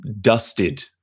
dusted